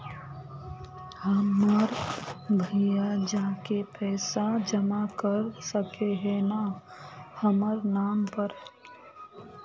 हमर भैया जाके पैसा जमा कर सके है न हमर नाम पर?